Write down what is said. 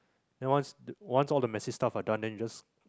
then once once all the messy stuff are done then you just